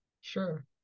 Sure